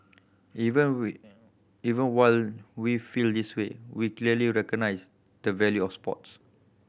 even we even while we feel this way we clearly recognise the value of sports